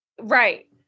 Right